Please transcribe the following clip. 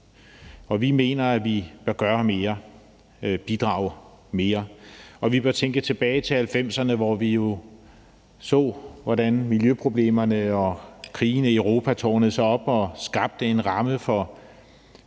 vi mener, at vi bør gøre mere, bidrage mere. Og vi bør tænke tilbage til 1990'erne, hvor vi jo så, hvordan miljøproblemerne og krigene i Europa tårnede sig op og skabte en ramme for